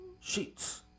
Sheets